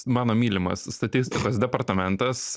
mano mylimas statistikos departamentas